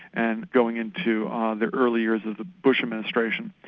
and going into um the early years of the bush administration,